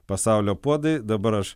pasaulio puodai dabar aš